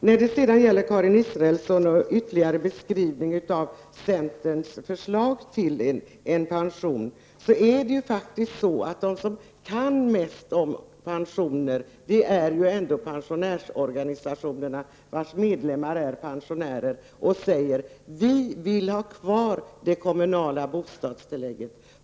När det gäller Karin Israelssons ytterligare beskrivning av centerns förslag till pension, vill jag framhålla att de som kan mest om pensioner ändå är pensionärsorganisationerna, vilkas medlemmar är pensionärer. De säger: Vi vill ha kvar det kommunala bostadstillägget.